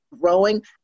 growing